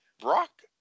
Brock